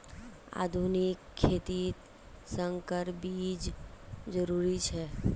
आधुनिक खेतित संकर बीज जरुरी छे